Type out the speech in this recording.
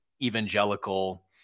evangelical